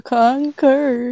conquer